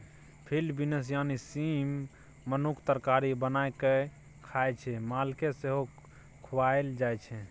field beans यानी सीम मनुख तरकारी बना कए खाइ छै मालकेँ सेहो खुआएल जाइ छै